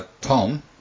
Tom